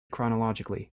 chronologically